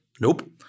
Nope